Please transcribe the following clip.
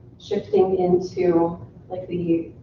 shifting into like the